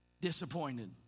disappointed